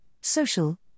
social